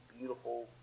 Beautiful